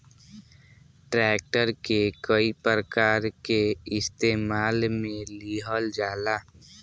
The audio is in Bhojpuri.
ट्रैक्टर के कई प्रकार के इस्तेमाल मे लिहल जाला